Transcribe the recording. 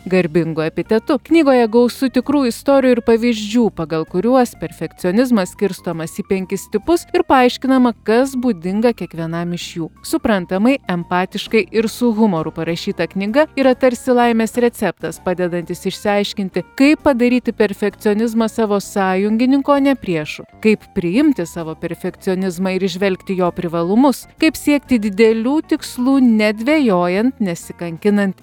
garbingu epitetu knygoje gausu tikrų istorijų ir pavyzdžių pagal kuriuos perfekcionizmas skirstomas į penkis tipus ir paaiškinama kas būdinga kiekvienam iš jų suprantamai empatiškai ir su humoru parašyta knyga yra tarsi laimės receptas padedantis išsiaiškinti kaip padaryti perfekcionizmą savo sąjungininku o nepriešu kaip priimti savo perfekcionizmą ir įžvelgti jo privalumus kaip siekti didelių tikslų nedvejojant nesikankinant